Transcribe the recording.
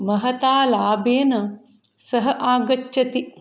महता लाभेन सह आगच्छति